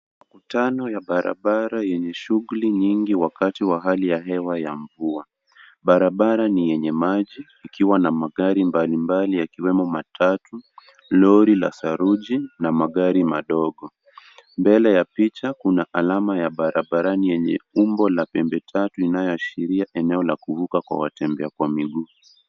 Makutano ya barabara yenye shughuli nyingi wakati wa hali ya hewa wa mvua. Barabara ni yenye maji ikiwa na magari mbalimbali yakiwemo matatu, lori la saruji na magari madogo. Mbele ya picha, kuna alama ya barabarani yenye umbo la pembe tatu inayoashiria eneo la kuvuka kwa watembea kwa miguu.